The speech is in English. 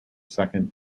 second